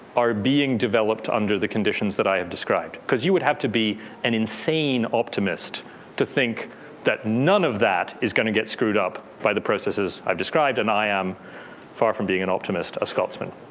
are being developed under the conditions that i described. because you would have to be an insane optimist to think that none of that is going to get screwed up by the processes i've described. and i am far from being an optimist, a scotsman.